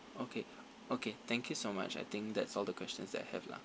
okay okay thank you so much I think that's all the questions that I have lah